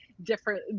different